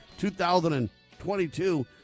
2022